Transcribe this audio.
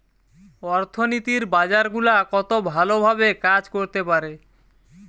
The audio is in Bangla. অর্থনীতির বাজার গুলা কত ভালো ভাবে কাজ করতে পারে